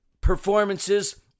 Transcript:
performances